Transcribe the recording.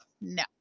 no